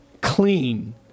Clean